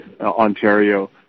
Ontario